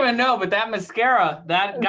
and know, but that mascara, that got